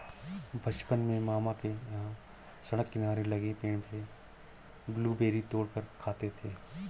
बचपन में मामा के यहां सड़क किनारे लगे पेड़ से ब्लूबेरी तोड़ कर खाते थे